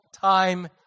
time